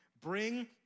bring